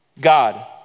God